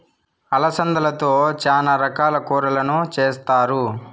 అలసందలతో చానా రకాల కూరలను చేస్తారు